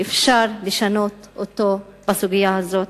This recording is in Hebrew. שאפשר לשנות אותו בסוגיה הזאת.